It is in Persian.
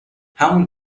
همون